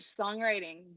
songwriting